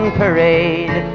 parade